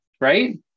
Right